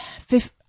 fifth